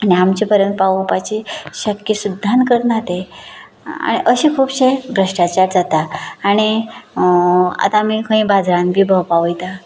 आनी आमचे पर्यंत पावोवपाची शक्य सुद्दां करनात ते अशे खुबशे भ्रश्टाचार जातात आनी आतां आमी खंय बाजरांत बी भोंवपाक वयता